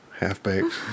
half-baked